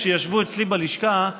כשישבו אצלי בלשכה,